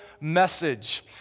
message